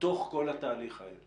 בתוך כל התהליך הזה